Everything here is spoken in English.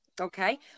Okay